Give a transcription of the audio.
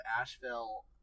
Asheville